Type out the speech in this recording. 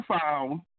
found